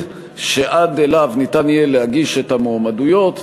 שעד אליו ניתן יהיה להגיש את המועמדויות,